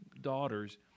daughters